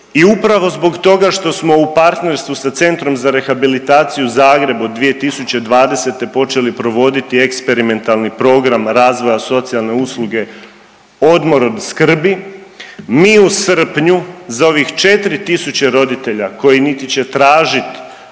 i upravo zbog toga što smo u partnerstvu sa Centrom za rehabilitaciju u Zagrebu od 2020. počeli provoditi eksperimentalni program razvoja socijalne usluge „Odmor od skrbi“ mi u srpnju za ovih 4 tisuće roditelja koji niti će tražit